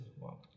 Wow